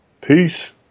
Peace